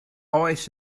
oes